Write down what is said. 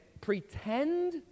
pretend